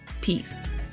Peace